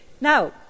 Now